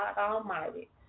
Almighty